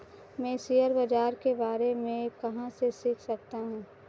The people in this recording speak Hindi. मैं शेयर बाज़ार के बारे में कहाँ से सीख सकता हूँ?